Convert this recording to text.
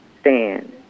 stand